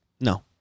No